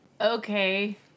Okay